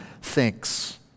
thinks